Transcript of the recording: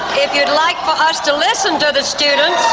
if you'd like for us to listen to the students,